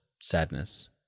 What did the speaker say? sadness